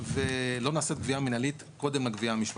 שלא נעשית גבייה מינהלית קודם לגבייה המשפטית.